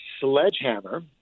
Sledgehammer